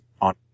on